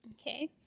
Okay